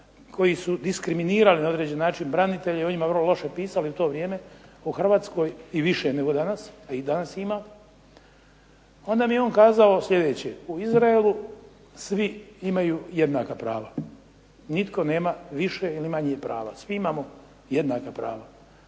koji su diskriminirali na određeni način branitelje, i o njima vrlo loše pisali u to vrijeme, o Hrvatskoj i više nego danas, a i danas ih ima, onda mi je on kazao sljedeće u Izraelu svi imaju jednaka prava, nitko nema više ili manje prava. Svi imamo jednaka prava,